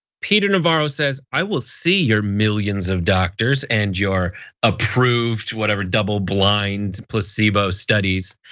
peter navarro says, i will see your millions of doctors and you're approved whatever, double blind placebo studies.